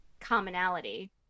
commonality